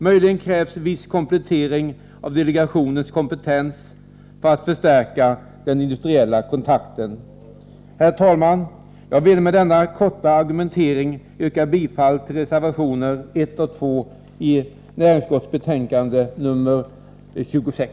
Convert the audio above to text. Möjligen krävs viss komplettering av delegationens kompetens för att förstärka den industriella kontakten. Herr talman! Jag vill med denna korta argumentering yrka bifall till reservationerna 1 och 2 till näringsutskottets betänkande nr 26.